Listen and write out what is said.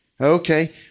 Okay